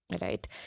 right